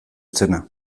zena